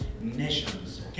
nations